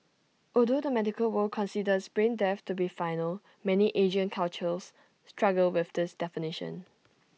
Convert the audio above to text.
although the medical world considers brain death to be final many Asian cultures struggle with this definition